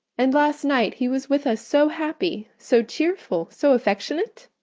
and last night he was with us so happy, so cheerful, so affectionate?